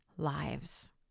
lives